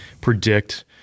predict